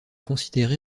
considéré